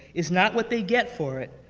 is not what they get for it,